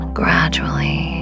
gradually